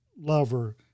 lover